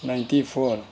ninety four